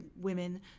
women